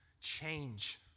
Change